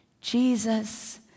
Jesus